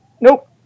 Nope